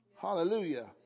Hallelujah